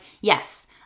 yes